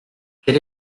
quel